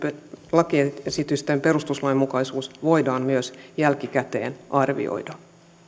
lakiesitysten perustuslainmukaisuus voidaan myös jälkikäteen arvioida